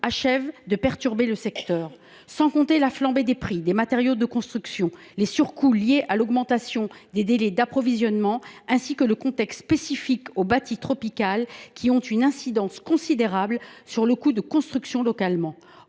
achèvent de perturber le secteur. Et je ne parle pas de la flambée des prix des matériaux de construction, des surcoûts liés à l’augmentation des délais d’approvisionnement ni du contexte spécifique du bâti tropical, qui ont une incidence locale considérable sur le coût de construction.